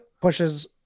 pushes